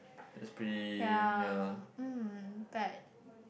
yeah um but